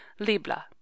libla